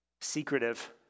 secretive